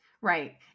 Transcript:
Right